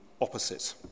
opposite